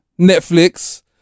Netflix